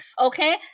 Okay